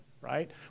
right